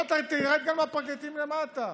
בוא, תרד גם לפרקליטים למטה.